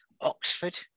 Oxford